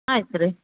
ಆಯ್ತು ರೀ